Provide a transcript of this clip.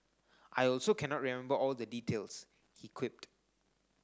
I also cannot remember all the details he quipped